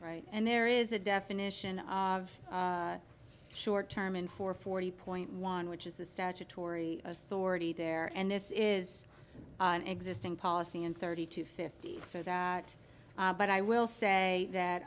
right and there is a definition of short term and for forty point one which is the statutory authority there and this is an existing policy in thirty to fifty but i will say that